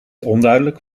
onduidelijk